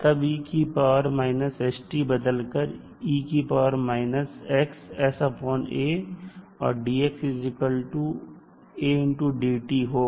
तब बदल कर और dx a dt होगा